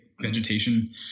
vegetation